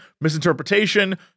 misinterpretation